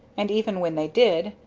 and even when they did,